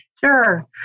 Sure